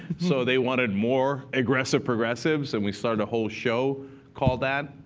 so they wanted more aggressive progressives. and we started a whole show called that.